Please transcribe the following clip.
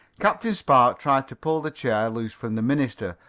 captain spark tried to pull the chair loose from the minister,